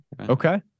Okay